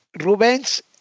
Rubens